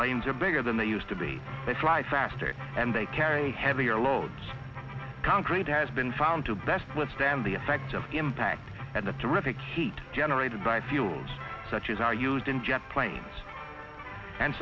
planes are bigger than they used to be they try faster and they carry a heavier load concrete has been found to best withstand the effect of impact and the terrific hate generated by fields such as are used in jet planes and